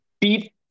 beat